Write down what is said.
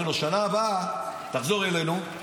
אומרים לו: בשנה הבאה תחזור אלינו,